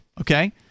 okay